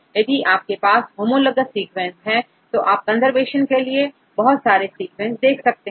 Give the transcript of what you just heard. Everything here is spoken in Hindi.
तो यदिआपके पास होमोलोगस सीक्वेंस है तो आप कंजर्वेशन के लिए काफी सारे सीक्वेंसेस देख सकते हैं